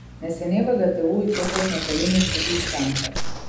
neseniai vgtu įkurtas nuotolinių studijų centras